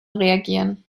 reagieren